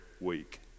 week